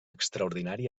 extraordinari